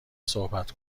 صحبت